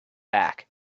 back